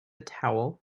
towel